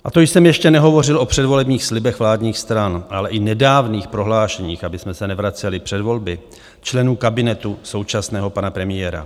A to jsem ještě nehovořil o předvolebních slibech vládních stran, ale i nedávných prohlášeních, abychom se nevraceli před volby, členů kabinetu současného pana premiéra.